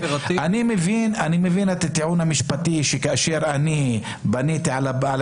אני מבין את הטיעון המשפטי שכאשר בניתי על בעל